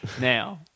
Now